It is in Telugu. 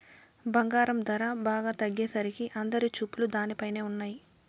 బంగారం ధర బాగా తగ్గేసరికి అందరి చూపులు దానిపైనే ఉన్నయ్యి